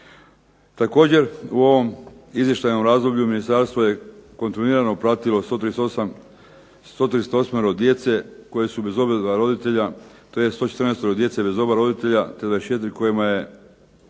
Također u ovom izvještajnom razdoblju ministarstvo je kontinuirano pratilo 138 djece koje su bez oba dva roditelja, tj. 114 djece bez oba roditelja, te 24 kojima je